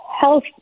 health